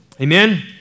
Amen